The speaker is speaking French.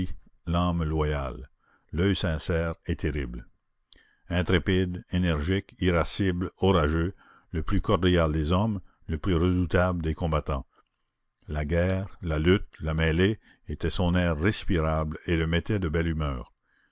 l'âme loyale l'oeil sincère et terrible intrépide énergique irascible orageux le plus cordial des hommes le plus redoutable des combattants la guerre la lutte la mêlée étaient son air respirable et le mettaient de belle humeur